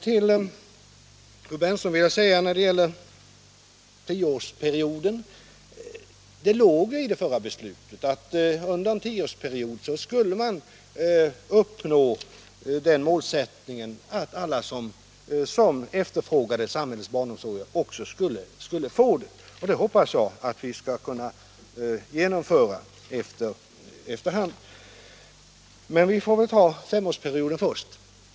Till fru Bernström vill jag när det gäller tioårsperioden säga att det låg i det förra beslutet att man under en tioårsperiod skulle uppnå målsättningen att alla som efterfrågade samhällets barnomsorg också skulle få den. Och det hoppas jag att vi skall kunna genomföra efter hand. Men vi får väl ta femårsperioden först.